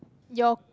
your